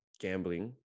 gambling